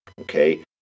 okay